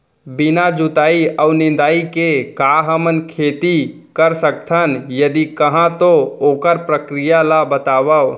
बिना जुताई अऊ निंदाई के का हमन खेती कर सकथन, यदि कहाँ तो ओखर प्रक्रिया ला बतावव?